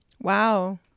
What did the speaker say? wow